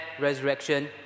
resurrection